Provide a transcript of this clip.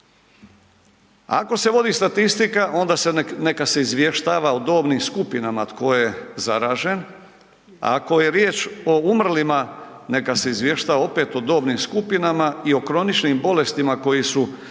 Ako se vodi statistika onda se, nek, neka se izvještava o dobnim skupinama tko je zaražen. Ako je riječ o umrlima neka se izvještava opet o dobnim skupinama i o kroničnim bolestima koji su, koje